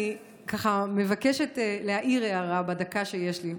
אני מבקשת להעיר הערה בדקה שיש לי,